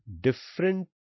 different